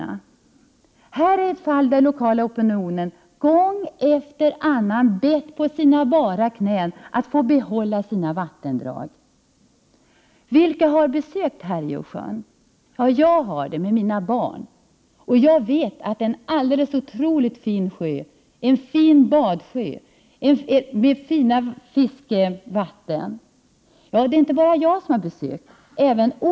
Här är ännu ett fall där den lokala opinionen gång efter annan på sina bara knän har bett om att få behålla sina vattendrag. Vilka har besökt Härjeåsjön? Jag har gjort det tillsammans med mina barn. Jag vet att det är en alldeles otroligt fin badsjö med fina fiskevatten. Inte bara jag har besökt sjön.